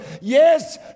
Yes